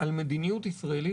על מדיניות ישראלית,